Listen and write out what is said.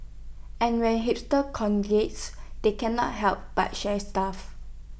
and when hipsters congregate they cannot help but share stuff